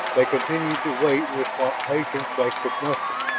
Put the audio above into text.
they continued to wait with what patience they could muster.